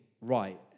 right